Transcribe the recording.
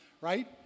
right